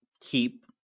keep